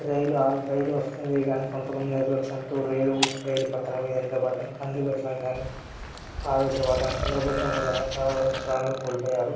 రైలు ఆ రైలు వస్తుంది కానీ కొంతమంది నిర్లక్ష్యంతో రైలు రైలు పట్టాల మీద నిలబడడం ఇబ్బంది పెట్టడం కానీ ఆవేశం పడ్డం తొందరపడ్డం వల్ల చాలావరకూ ప్రాణాలు కోల్పోయారు